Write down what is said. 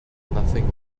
nothing